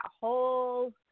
whole